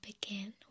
begin